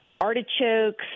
artichokes